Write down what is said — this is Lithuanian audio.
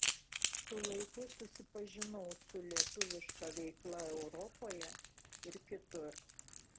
su laiku susipažinau su lietuviška veikla europoje ir kitur